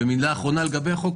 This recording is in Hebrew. במילה אחרונה לגבי החוק,